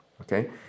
okay